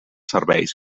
serveis